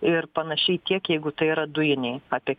ir panašiai tiek jeigu tai yra dujiniai apie